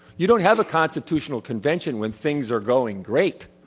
you don't have a constitutional convention when things are going great.